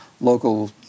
local